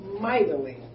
mightily